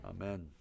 Amen